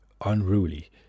unruly